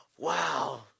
Wow